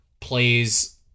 plays